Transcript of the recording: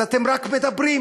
אז אתם רק מדברים.